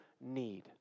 need